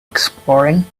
exploring